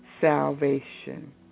salvation